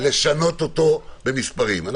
לשנות אותו במספרים.